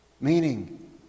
Meaning